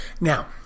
Now